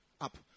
Up